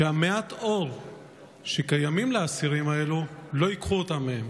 שאת מעט האור שקיים לאסירים הללו, לא ייקחו מהם.